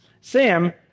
Sam